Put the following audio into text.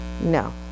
No